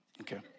Okay